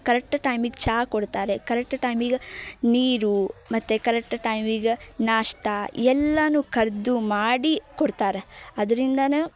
correct ಟೈಮಿಗೆ ಚಾ ಕೊಡ್ತಾರೆ ಕರೆಕ್ಟ್ ಟೈಮಿಗೆ ನೀರು ಮತ್ತು ಕರೆಕ್ಟ್ ಟೈಮಿಗೆ ನಾಷ್ಟಾ ಎಲ್ಲನೂ ಕರೆದು ಮಾಡಿ ಕೊಡ್ತಾರೆ ಅದ್ರಿಂದಲೂ